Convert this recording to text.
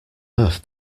earth